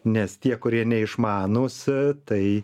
nes tie kurie neišmanūs tai